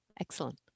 excellent